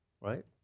right